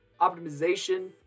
Optimization